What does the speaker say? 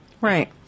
Right